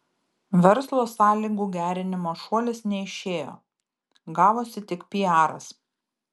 verslo sąlygų gerinimo šuolis neišėjo gavosi tik piaras